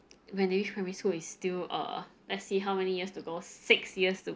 when they reach primary school is still err let's see how many years to go six years to